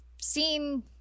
seen